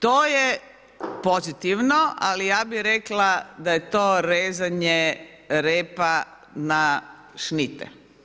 To je pozitivno ali ja bi rekla da je to rezanje repa na šnite.